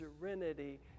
serenity